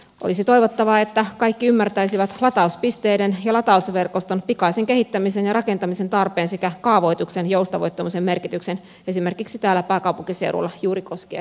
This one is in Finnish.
olisi toivottavaa että kaikki ymmärtäisivät latauspisteiden ja latausverkoston pikaisen kehittämisen ja rakentamisen tarpeen sekä kaavoituksen joustavoittamisen merkityksen esimerkiksi täällä pääkaupunkiseudulla juuri koskien näitä latauspisteitä